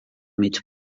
mig